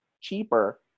cheaper